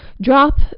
Drop